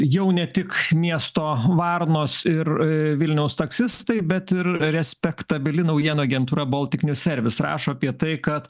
jau ne tik miesto varnos ir vilniaus taksistai bet ir respektabili naujienų agentūra boltik nju servis rašo apie tai kad